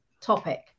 topic